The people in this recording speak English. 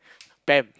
bam